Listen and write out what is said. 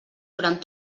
durant